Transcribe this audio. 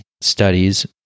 studies